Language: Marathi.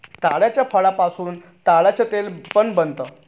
ताडाच्या फळापासून ताडाच तेल पण बनत